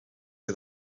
que